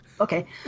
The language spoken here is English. Okay